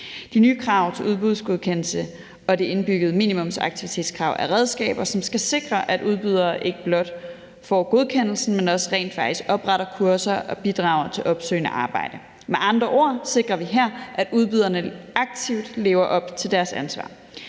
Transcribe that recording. De nye krav til udbudsgodkendelse og det indbyggede minimumsaktivitetskrav er redskaber, som skal sikre, at udbydere ikke blot får godkendelsen, men også rent faktisk opretter kurser og bidrager til opsøgende arbejde. Med andre ord sikrer vi her, at udbyderne aktivt lever op til deres ansvar.